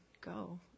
go